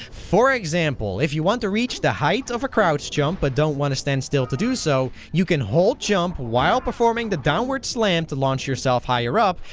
for example, if you want to reach the height of a crouch jump but don't wanna stand still to do so, you can hold jump while performing the downwards slam to launch yourself higher up,